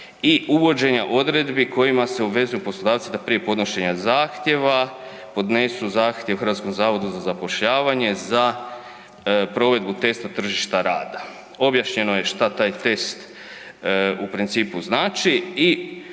i uvođenja odredbi kojima se obvezuju poslodavci da prije podnošenja zahtjeva podnesu zahtjev HZZ-u za provedbu testa tržišta rada. Objašnjeno je šta taj test u principu znači